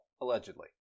Allegedly